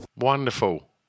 Wonderful